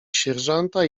sierżanta